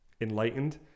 enlightened